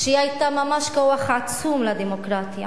שהיא היתה ממש כוח עצום לדמוקרטיה.